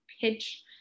pitch